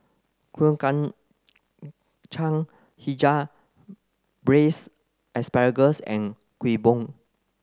Kuih Kacang Hijau braised asparagus and Kueh Bom